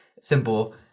simple